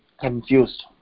confused